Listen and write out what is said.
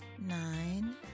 nine